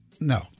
No